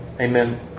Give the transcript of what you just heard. Amen